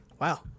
Wow